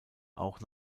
auch